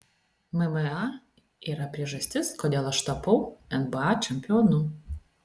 mma yra priežastis kodėl aš tapau nba čempionu